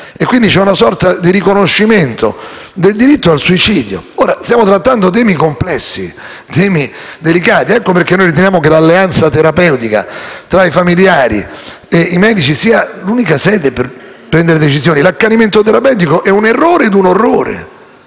quindi c'è una sorta di riconoscimento del diritto al suicidio. Ora, stiamo trattando temi complessi e delicati, ecco perché riteniamo che l'alleanza terapeutica tra familiari e medici sia l'unica sede per prendere decisioni. L'accanimento terapeutico è un errore e un orrore